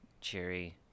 cheery